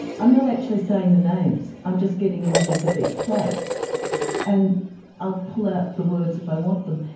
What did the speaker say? i'm not actually saying the names, i'm just getting images at each place and i'll pull out the words if i want them.